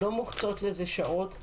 לא מוקצות לזה שעות.